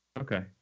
Okay